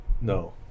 No